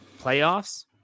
playoffs